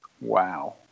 Wow